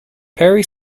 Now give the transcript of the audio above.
perry